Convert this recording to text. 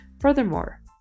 Furthermore